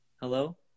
Hello